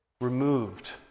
removed